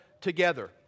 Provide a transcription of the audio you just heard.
together